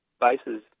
bases